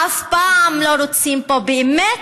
אף פעם, באמת,